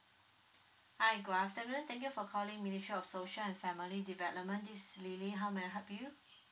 hi good afternoon thank you for calling ministry of social and family development this is lily how may I help you